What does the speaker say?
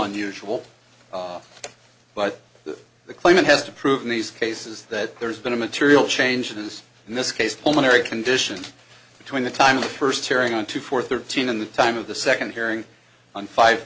unusual but the claimant has to prove in these cases that there's been a material changes in this case pulmonary condition between the time of the first hearing on two for thirteen and the time of the second hearing on five